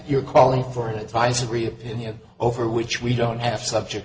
you're calling for an advisory opinion over which we don't have subject